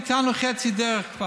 תיקנו כבר חצי דרך,